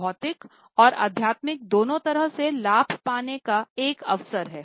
भौतिक और आध्यात्मिक दोनों तरह से लाभ पाने का एक अवसर है